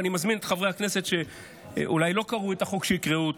ואני מזמין את חברי הכנסת שאולי לא קראו את החוק שיקראו אותו.